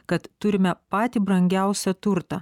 kad turime patį brangiausią turtą